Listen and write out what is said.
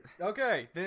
Okay